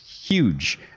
huge